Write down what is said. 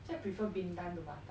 actually I prefer bintan to batam